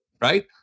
right